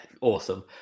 Awesome